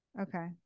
okay